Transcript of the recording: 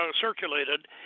circulated